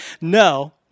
no